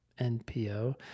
NPO